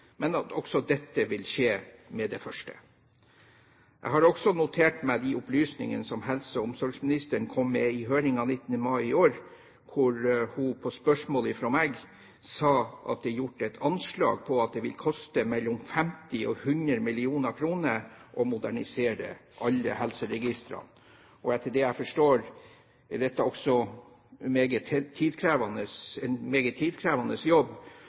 men at også dette vil skje med det første. Jeg har også notert meg de opplysningene som helse- og omsorgsministeren kom med i høringen 19. mai i år, hvor hun på spørsmål fra meg sa at det er gjort et anslag på at det vil koste mellom 50 og 100 mill. kr å modernisere alle helseregistrene. Etter det jeg forstår, er dette også en meget tidkrevende jobb